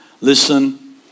Listen